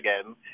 again